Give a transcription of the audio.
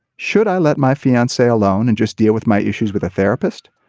should i let my fiancee alone and just deal with my issues with a therapist.